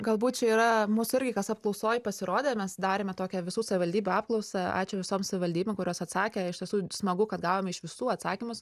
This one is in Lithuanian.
galbūt čia yra mūsų irgi kas apklausoj pasirodė mes darėme tokią visų savivaldybių apklausą ačiū visom savivaldybėm kurios atsakė iš tiesų smagu kad gavome iš visų atsakymus